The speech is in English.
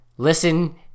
listen